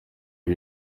uko